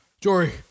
Jory